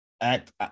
act